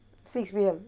six P_M